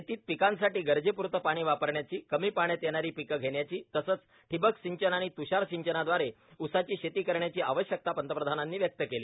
शेतीत पिकांसाठी गरजेपुरतेच पाणी वापरण्याची कमी पाण्यात येणारी पिक घेण्याची तसंच ठिबकसिंचन आणि तृषारसिंचनादवारे ऊसाची शेती करण्याची आवश्यकता पंतप्रधानांनी व्यक्त केली